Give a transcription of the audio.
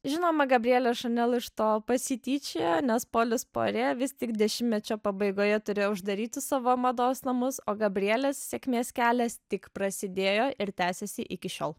žinoma gabrielė chanel iš to pasityčiojo nes polis puare vis tik dešimtmečio pabaigoje turėjo uždaryti savo mados namus o gabrielės sėkmės kelias tik prasidėjo ir tęsiasi iki šiol